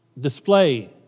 display